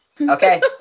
Okay